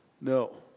No